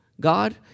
God